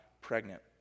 pregnant